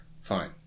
Fine